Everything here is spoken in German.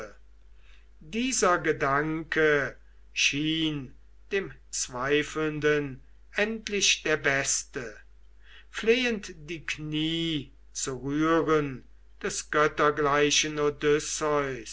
dieser gedanke schien dem zweifelnden endlich der beste flehend die kniee zu rühren des